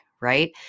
right